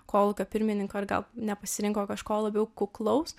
kolūkio pirmininkoir gal nepasirinko kažko labiau kuklaus